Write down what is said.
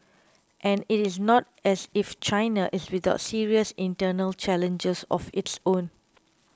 and it is not as if China is without serious internal challenges of its own